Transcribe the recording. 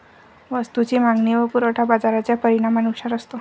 वस्तूची मागणी व पुरवठा बाजाराच्या परिणामानुसार असतो